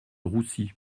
roussi